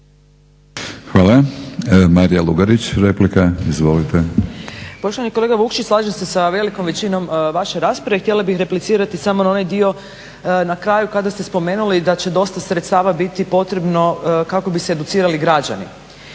Izvolite. **Lugarić, Marija (SDP)** Poštovani kolega Vukšić, slažem se sa velikom većinom vaše rasprave. Htjela bih replicirati samo na onaj dio na kraju kada ste spomenuli da će dosta sredstava biti potrebno kako bi se educirali građani.